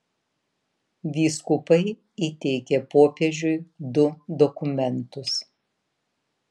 vyskupai įteikė popiežiui du dokumentus